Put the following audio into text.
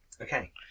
okay